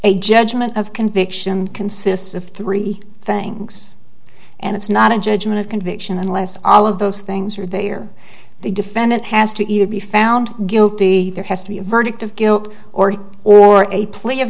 a judgment of conviction consists of three things and it's not a judgment of conviction unless all of those things where they are the defendant has to either be found guilty there has to be a verdict of guilt or or a ple